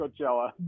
Coachella